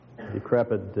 decrepit